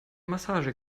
massage